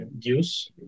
use